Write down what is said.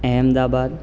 Ahmedabad